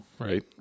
Right